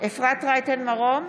אפרת רייטן מרום,